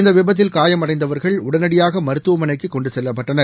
இந்த விபத்தில் காயமடைந்தவர்கள் உடனடியாக மருத்துவமனைக்கு கொண்டு செல்லப்பட்டனர்